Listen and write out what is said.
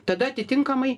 tada atitinkamai